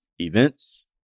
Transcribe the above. Events